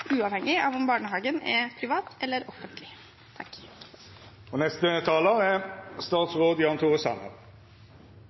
uavhengig av om barnehagen er privat eller offentlig? Jeg vil takke for en viktig interpellasjon. Jeg er